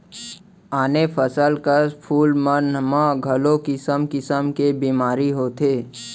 आने फसल कस फूल मन म घलौ किसम किसम के बेमारी होथे